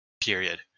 period